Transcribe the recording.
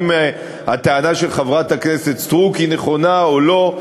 הטענה של חברת הכנסת סטרוק נכונה או לא.